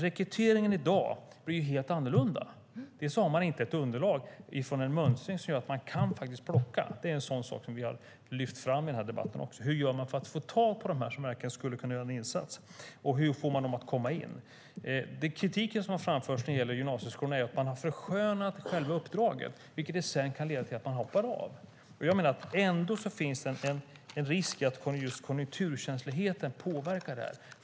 Rekryteringen i dag blir dock helt annorlunda; till exempel har man inte ett underlag från en mönstring som gör att man faktiskt kan plocka. Det är en sådan sak vi har lyft fram i debatten: Hur gör man för att få tag på dem som verkligen skulle kunna göra en insats, och hur får man dem att komma in? Kritiken som har framförts när det gäller gymnasieskolorna är att man har förskönat själva uppdraget, vilket sedan kan leda till att man hoppar av. Jag menar att det ändå finns en risk att just konjunkturkänsligheten påverkar det här.